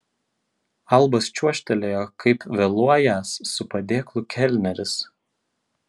albas čiuožtelėjo kaip vėluojąs su padėklu kelneris